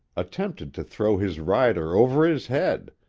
attempted to throw his rider over his head,